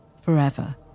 forever